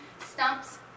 stumps